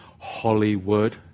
Hollywood